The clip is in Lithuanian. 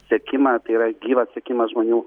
sekimą tai yra gyvas sekimas žmonių